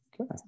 Okay